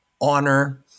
honor